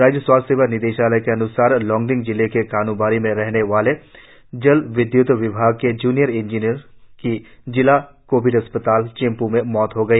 राज्य स्वास्थ्य सेवा निदेशालय के अन्सार लोंगडिंग जिले के कानूबारी के रहने वाले जल विद्य्त विभाग के ज्नियर इंजीनियर की जिला कोविड अस्पताल चिंपू में मौत हो गई